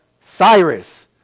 Cyrus